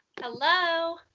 Hello